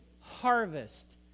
harvest